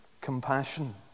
compassion